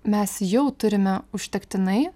mes jau turime užtektinai